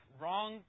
wrong